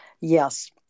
Yes